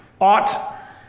ought